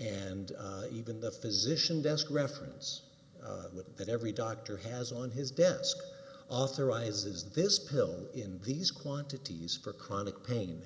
and even the physician desk reference with that every doctor has on his desk authorizes this pill in these quantities for chronic pain